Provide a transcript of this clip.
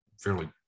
fairly